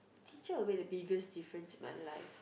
teacher make the biggest difference in my life